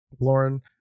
Lauren